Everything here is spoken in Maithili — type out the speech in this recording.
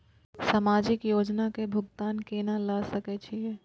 समाजिक योजना के भुगतान केना ल सके छिऐ?